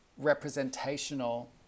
representational